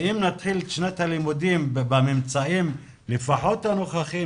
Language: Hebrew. אם נתחיל את שנת הלימודים בממצאים לפחות הנוכחיים,